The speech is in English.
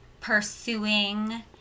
pursuing